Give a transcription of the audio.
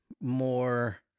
more